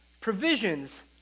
provisions